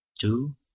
two